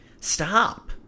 Stop